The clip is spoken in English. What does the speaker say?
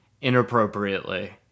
inappropriately